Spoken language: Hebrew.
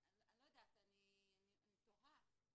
אני לא יודעת, אני תוהה.